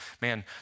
Man